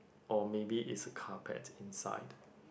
or maybe is a carpet inside